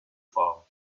far